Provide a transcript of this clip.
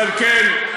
ועל כן,